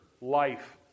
life